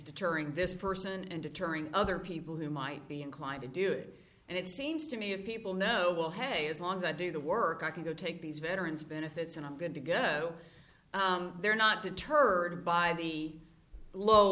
deterring this person and deterring other people who might be inclined to do it and it seems to me a people know will have a as long as i do the work i can go take these veterans benefits and i'm going to go they're not deterred by the low